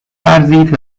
ورزید